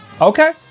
Okay